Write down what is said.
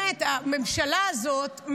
הממשלה הזאת,